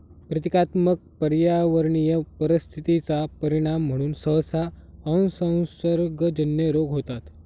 प्रतीकात्मक पर्यावरणीय परिस्थिती चा परिणाम म्हणून सहसा असंसर्गजन्य रोग होतात